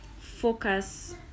focus